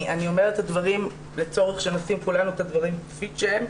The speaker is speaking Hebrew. אני אומרת את הדברים לצורך שנשים את הדברים כפי שהם,